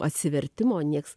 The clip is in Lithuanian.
atsivertimo nieks